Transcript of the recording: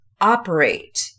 operate